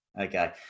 Okay